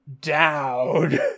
down